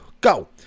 go